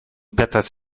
petas